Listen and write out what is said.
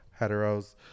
heteros